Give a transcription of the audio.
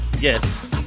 Yes